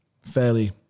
fairly